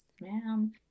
ma'am